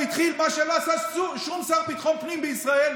הוא התחיל מה שלא עשה שום שר ביטחון פנים בישראל: